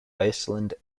iceland